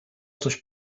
coś